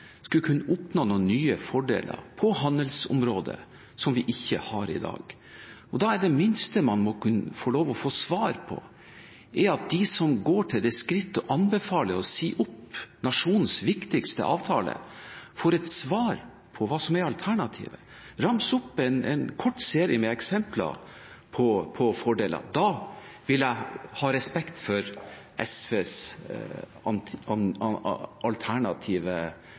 skulle kunne oppnå noen nye fordeler på handelsområdet, som vi ikke har i dag? Det minste man må kunne få lov å få svar på fra dem som går til det skritt å anbefale å si opp nasjonens viktigste avtale, er hva som er alternativet. Rams opp en kort serie med eksempler på fordelene – jeg vil ha respekt for SVs